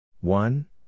One